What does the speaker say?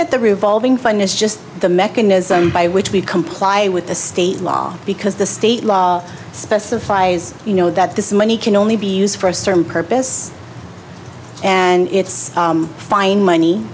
that the revolving fund is just the mechanism by which we comply with the state law because the stay specifies you know that this money can only be used for a certain purpose and it's fine money